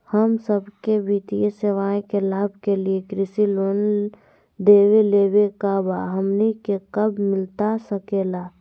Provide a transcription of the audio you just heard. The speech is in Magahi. हम सबके वित्तीय सेवाएं के लाभ के लिए कृषि लोन देवे लेवे का बा, हमनी के कब मिलता सके ला?